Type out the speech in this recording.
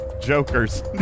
jokers